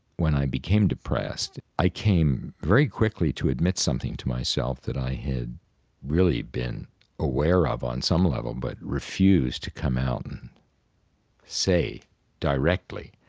when i became depressed i came very quickly to admit something to myself that i had really been aware of on some level but refused to come out and say directly,